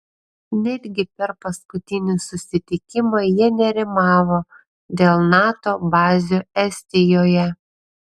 netgi per paskutinį susitikimą jie nerimavo dėl nato bazių estijoje